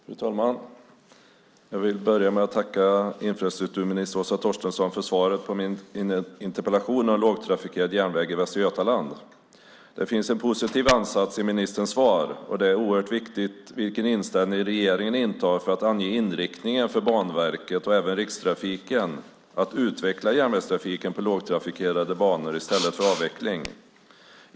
Fru talman! Jag vill börja med att tacka infrastrukturminister Åsa Torstensson för svaret på min interpellation om lågtrafikerad järnväg i Västra Götaland. Det finns en positiv ansats i ministerns svar, och det är oerhört viktigt vilken inställning regeringen intar för att ange inriktningen för Banverket och även Rikstrafiken att utveckla järnvägstrafiken på lågtrafikerade banor i stället för att avveckla.